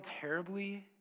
terribly